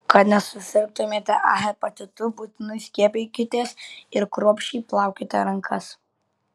kad nesusirgtumėte a hepatitu būtinai skiepykitės ir kruopščiai plaukite rankas